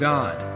God